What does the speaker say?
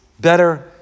better